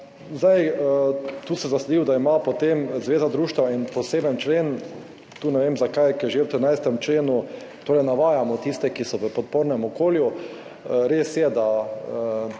Tu sem zasledil, da ima potem zveza društev en poseben člen, ne vem, zakaj, ker že v 13. členu torej navajamo tiste, ki so v podpornem okolju. Res je, da